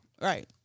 Right